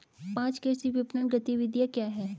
पाँच कृषि विपणन गतिविधियाँ क्या हैं?